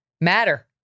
matter